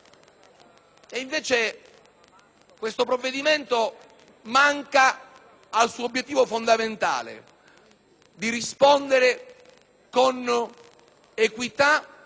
invece questo provvedimento manca al suo obiettivo fondamentale di rispondere con equità